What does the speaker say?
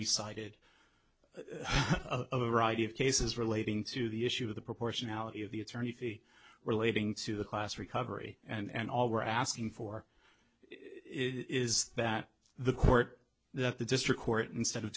we cited a variety of cases relating to the issue of the proportionality of the attorney fees relating to the class recovery and all we're asking for is that the court that the district court instead of